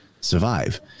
survive